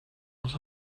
els